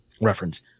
reference